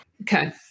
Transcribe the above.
Okay